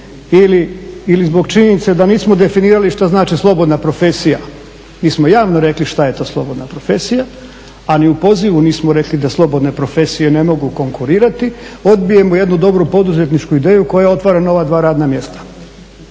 ili zbog činjenica da nismo definirali šta znači slobodna profesija, nismo javno rekli šta je to slobodna profesija a ni u pozivu nismo rekli da slobodne profesije ne mogu konkurirati, odbijemo jednu dobru poduzetničku ideju koja otvara nova dva radna mjesta.